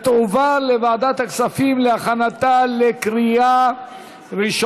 החוק הזה יועבר לוועדת הכספים של הכנסת להכנתו לקריאה ראשונה.